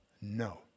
no